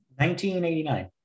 1989